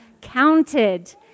counted